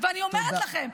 אני אומרת לכם,